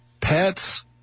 pets